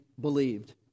believed